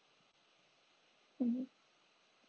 mmhmm